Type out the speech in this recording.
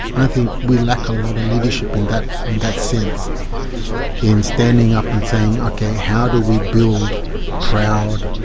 i think we lack a lot of leadership in that that sense, in standing up and saying, okay, how do we build proud,